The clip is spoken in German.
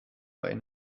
bei